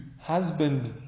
husband